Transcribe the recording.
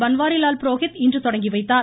பன்வாரிலால் புரோஹித் இன்று தொடங்கி வைத்தார்